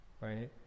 right